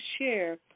share